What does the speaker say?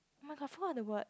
oh my god i forgot all the word